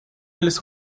eles